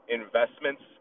investments